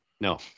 No